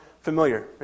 familiar